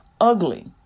ugly